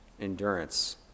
endurance